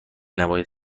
نباید